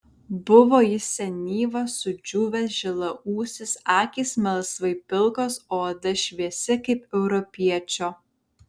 buvo jis senyvas sudžiūvęs žilaūsis akys melsvai pilkos o oda šviesi kaip europiečio